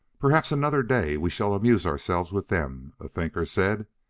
perhaps another day we shall amuse ourselves with them, a thinker said.